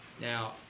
Now